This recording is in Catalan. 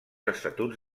estatuts